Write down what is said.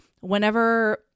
Whenever